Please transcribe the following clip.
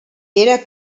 era